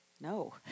No